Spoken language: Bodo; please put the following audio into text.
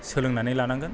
सोलोंनानै लानांगोन